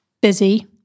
busy